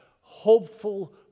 hopeful